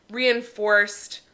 reinforced